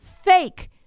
fake